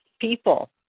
people